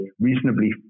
reasonably